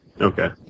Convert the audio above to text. okay